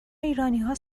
ایرانیها